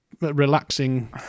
relaxing